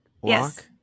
walk